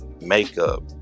makeup